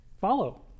follow